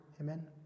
Amen